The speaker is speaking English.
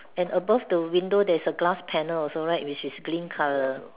and above the window there's a glass panel also right which is green colour